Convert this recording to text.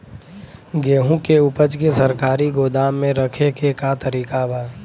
गेहूँ के ऊपज के सरकारी गोदाम मे रखे के का तरीका बा?